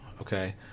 Okay